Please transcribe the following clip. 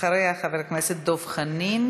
אחריה, חברי הכנסת דב חנין